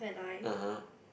(uh huh)